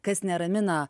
kas neramina